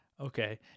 okay